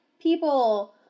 people